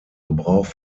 gebrauch